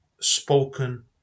spoken